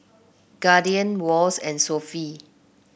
Guardian Wall's and Sofy